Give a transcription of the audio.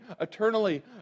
eternally